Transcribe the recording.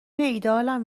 ایدهآلم